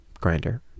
grinder